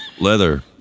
leather